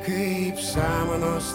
kaip samanos